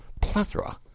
plethora